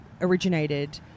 originated